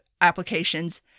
applications